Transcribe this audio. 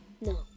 No